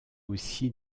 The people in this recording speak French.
aussi